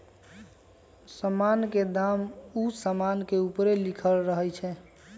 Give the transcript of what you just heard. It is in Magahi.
समान के दाम उ समान के ऊपरे लिखल रहइ छै